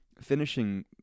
finishing